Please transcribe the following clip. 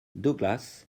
douglas